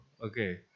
Okay